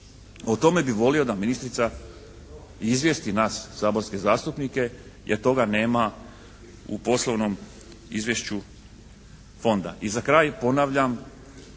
O tome bi volio da ministrica izvijesti nas saborske zastupnike, jer toga nema u poslovnom izvješću Fonda. I za kraj ponavljam,